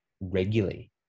regularly